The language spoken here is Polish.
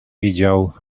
widział